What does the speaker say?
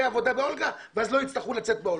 עבודה באולגה ואז לא יצטרכו לצאת מאולגה.